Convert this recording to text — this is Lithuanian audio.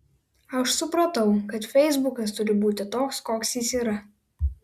aš supratau kad feisbukas turi būti toks koks jis yra